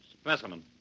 specimen